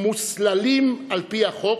המוסללים, על-פי חוק,